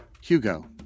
Hugo